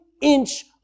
inch